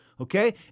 Okay